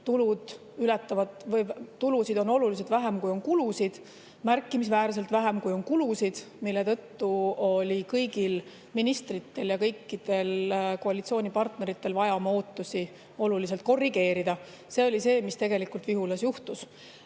Tulusid on oluliselt vähem, kui on kulusid, märkimisväärselt vähem, kui on kulusid, mille tõttu oli kõigil ministritel ja kõikidel koalitsioonipartneritel vaja oma ootusi oluliselt korrigeerida. See oli see, mis tegelikult Vihulas juhtus. Kui